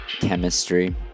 chemistry